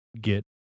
get